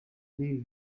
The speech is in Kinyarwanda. n’ibi